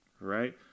right